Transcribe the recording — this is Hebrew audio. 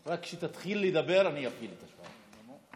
רק כשתתחיל לדבר אפעיל את השעון.